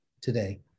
today